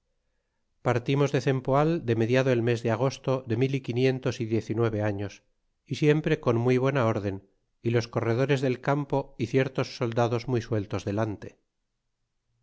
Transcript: partimos de cempoal de mediado el mes de agosto de mil y quinientos y diez y nueve años y siempre con muy buena órden y los corredores del campo y ciertos soldados muy sueltos delante y